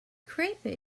creepy